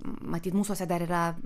matyt mūsuose dar yra